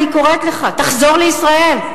אני קוראת לך: תחזור לישראל,